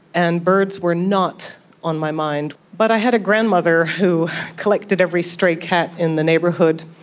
and birds were not on my mind. but i had a grandmother who collected every stray cat in the neighbourhood,